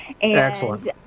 Excellent